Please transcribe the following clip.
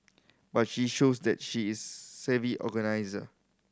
but she shows that she is savvy organiser